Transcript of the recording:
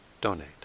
donate